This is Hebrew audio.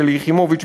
שלי יחימוביץ,